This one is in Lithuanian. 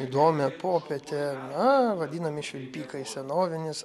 įdomią popietę na vadinami švilpikai senovinis